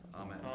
Amen